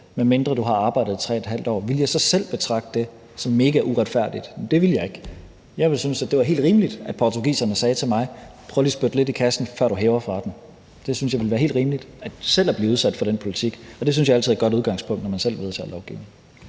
medmindre jeg havde arbejdet der i 3,5 år, ville jeg så selv betragte det som mega uretfærdigt? Det ville jeg ikke. Jeg ville synes, at det var helt rimeligt, at portugiserne sagde til mig: Prøv lige at spytte lidt i kassen, før du hæver fra den. Jeg synes, det ville være helt rimeligt selv at blive udsat for den politik, og det synes jeg altid er et godt udgangspunkt, når man selv vedtager lovgivning.